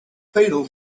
fatal